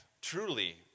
truly